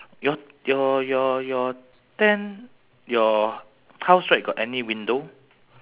okay that one no problem what about the radio